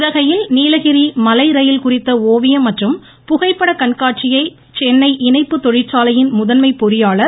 உதகையில் நீலகிரி மலை ரயில் குறித்த ஓவியம் மற்றும் புகைப்பட கண்காட்சியை சென்னை இணைப்பு தொழிற்சாலையின் முதன்மை பொறியாளர் திரு